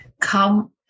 come